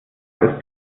als